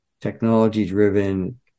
technology-driven